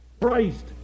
Christ